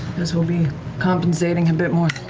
guess we'll be compensating a bit more.